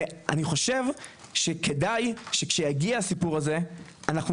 ואני חושב שכדאי שכשיגיע הסיפור הזהה אנחנו